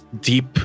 deep